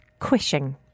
quishing